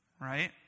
right